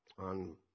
on